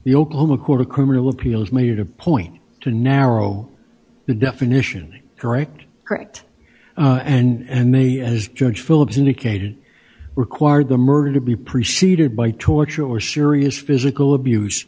the oklahoma court of criminal appeals made it a point to narrow the definition correct correct and maybe as judge phillips indicated required the murder to be preceded by torture or serious physical abuse